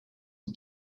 all